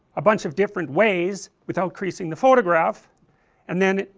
a bunch of different ways without creasing the photograph and then,